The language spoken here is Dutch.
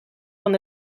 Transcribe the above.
van